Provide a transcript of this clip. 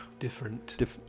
Different